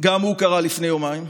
גם הוא קרה לפני יומיים.